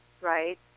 right